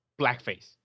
blackface